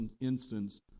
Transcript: instance